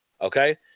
Okay